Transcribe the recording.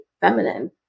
feminine